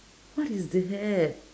what is that